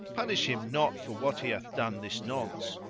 punish him not for what he hath done this nonce